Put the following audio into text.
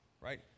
right